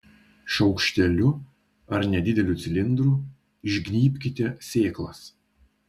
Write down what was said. šaukšteliu ar nedideliu cilindru išgnybkite sėklas